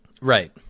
Right